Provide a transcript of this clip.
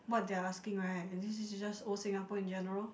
what they are asking right this is is just old Singapore in general